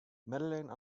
madeleine